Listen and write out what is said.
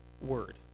word